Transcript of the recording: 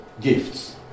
gifts